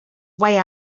way